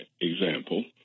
example